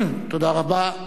תודה רבה.